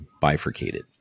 bifurcated